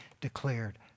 declared